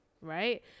right